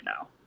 now